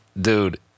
dude